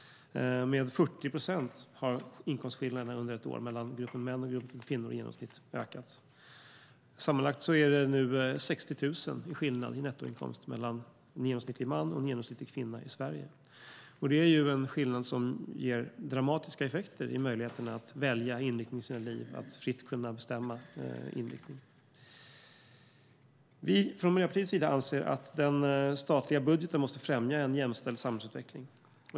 Under ett år har inkomstskillnaderna mellan gruppen män och gruppen kvinnor i genomsnitt ökats med 40 procent. Sammanlagt är det nu 60 000 kronor i skillnad i nettoinkomst för en genomsnittlig man och en genomsnittlig kvinna i Sverige. Det är en skillnad som ger dramatiska effekter i möjligheterna att välja inriktning i sitt liv och fritt kunna bestämma inriktning. Från Miljöpartiets sida anser vi att den statliga budgeten måste främja en jämställd samhällsutveckling.